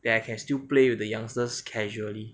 then I can still play with the youngsters casually